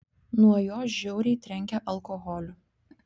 nuo jo žiauriai trenkia alkoholiu